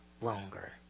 longer